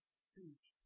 speech